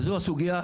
וזו הסוגייה.